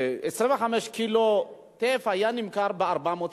25 קילו טף היו נמכרים ב-400 שקל.